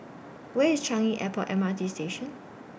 Where IS Changi Airport M R T Station